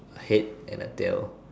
head and a tail